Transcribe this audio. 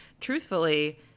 truthfully